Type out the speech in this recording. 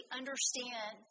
understand